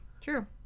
True